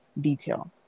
detail